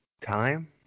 Time